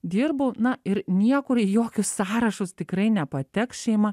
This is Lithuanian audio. dirbu na ir niekur į jokius sąrašus tikrai nepateks šeima